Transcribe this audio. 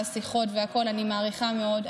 השיחות והכול אני מעריכה מאוד.